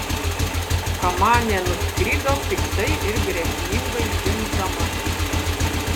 kamanė nuskrido piktai ir grėsmingai zvimbdama